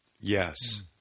Yes